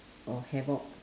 or havoc